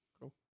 Cool